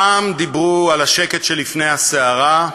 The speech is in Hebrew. פעם דיברו על השקט שלפני הסערה,